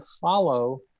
follow